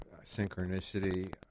synchronicity